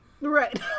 right